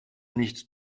nicht